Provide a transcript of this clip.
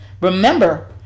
Remember